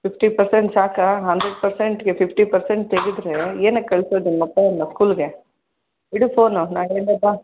fifty percent ಸಾಕಾ hundred ಪರ್ಸೆಂಟಿಗೆ fifty percent ತೆಗೆದ್ರೆ ಏನಕ್ಕೆ ಕಳಿಸೋದು ನಿಮ್ಮ ಅಪ್ಪ ಅಮ್ಮ ಸ್ಕೂಲಿಗೆ ಇಡು ಫೋನು ನಾಳೆಯಿಂದ ಬಾ